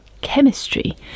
chemistry